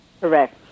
Correct